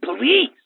please